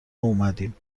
اومدیم